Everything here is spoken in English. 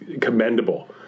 commendable